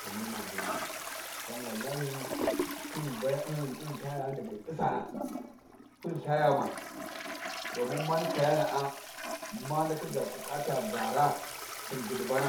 To mani ma ngilma sosai dan wallahi hyi bah yin lthya ghum dag ghi ussana, hyi lthya ghuma domin mani kayana` a ma ndaka ga kikka tan gaara lthin